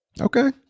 Okay